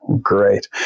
great